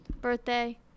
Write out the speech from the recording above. birthday